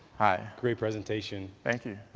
hi. great presentation. thank you.